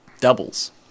doubles